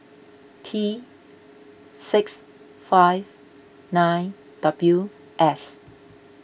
P six five nine W S